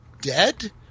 dead